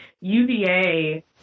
UVA